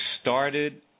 started